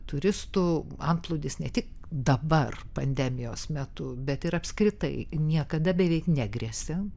turistų antplūdis ne tik dabar pandemijos metu bet ir apskritai niekada beveik negresia